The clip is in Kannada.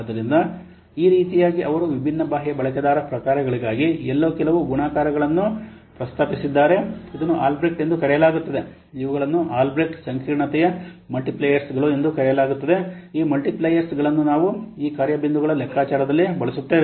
ಆದ್ದರಿಂದ ಈ ರೀತಿಯಾಗಿ ಅವರು ವಿಭಿನ್ನ ಬಾಹ್ಯ ಬಳಕೆದಾರ ಪ್ರಕಾರಗಳಿಗಾಗಿ ಎಲ್ಲೋ ಕೆಲವು ಗುಣಾಕಾರಗಳನ್ನು ಪ್ರಸ್ತಾಪಿಸಿದ್ದಾರೆ ಇದನ್ನು ಆಲ್ಬ್ರೆಕ್ಟ್ ಎಂದು ಕರೆಯಲಾಗುತ್ತದೆ ಇವುಗಳನ್ನು ಆಲ್ಬ್ರೆಕ್ಟ್ ಸಂಕೀರ್ಣತೆಯ ಮಲ್ಟಿಪ್ಲೈಯರ್ಗಳು ಎಂದು ಕರೆಯಲಾಗುತ್ತದೆ ಈ ಮಲ್ಟಿಪ್ಲೈಯರ್ಗಳನ್ನು ನಾನು ಈ ಕಾರ್ಯ ಬಿಂದುಗಳ ಲೆಕ್ಕಾಚಾರದಲ್ಲಿ ಬಳಸುತ್ತೇನೆ